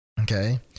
Okay